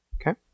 Okay